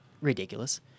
ridiculous